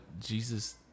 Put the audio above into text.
Jesus